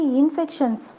infections